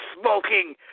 smoking